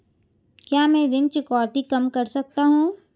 क्या मैं ऋण चुकौती कम कर सकता हूँ?